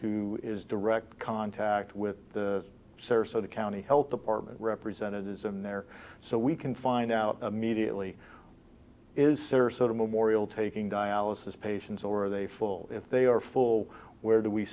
who is direct contact with the sarasota county health department representatives and their so we can find out immediately is sarasota memorial taking dialysis patients or are they full if they are full where do we